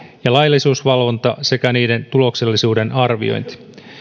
ja laillisuusvalvonta sekä niiden tuloksellisuuden arviointi